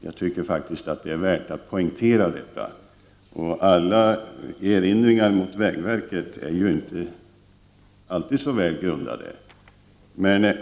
Jag tycker faktiskt att det är värt att poängtera detta. Alla erinringar mot vägverket är faktiskt inte alltid så väl grundade.